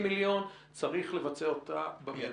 או 250 מיליון צריך לבצע אותה במיידי.